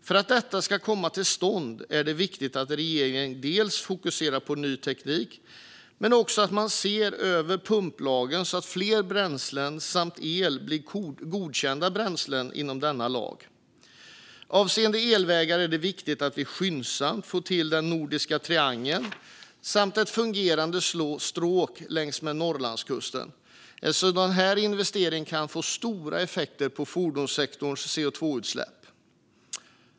För att detta ska komma till stånd är det viktigt att regeringen fokuserar på ny teknik men också att man ser över pumplagen så att fler bränslen samt el blir godkända bränslen inom denna lag. Avseende elvägar är det viktigt att vi skyndsamt får till den nordiska triangeln samt ett fungerande stråk längs med Norrlandskusten. En sådan investering kan få stora effekter på fordonssektorns CO2-utsläpp.